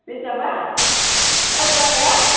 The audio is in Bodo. रिजाबा गारि बारहाया